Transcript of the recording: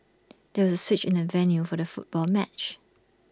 there was A switch in the venue for the football match